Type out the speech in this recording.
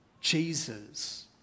Jesus